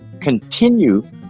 continue